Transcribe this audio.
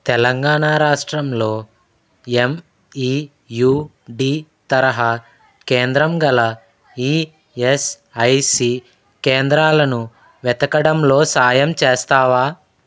తెలంగాణా రాష్ట్రంలో ఎంఈయూడి తరహా కేంద్రంగల ఈఎస్ఐసి కేంద్రాలను వెతకడంలో సాయం చేస్తావా